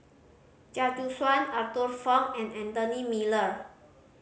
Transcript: Chia Choo Suan Arthur Fong and Anthony Miller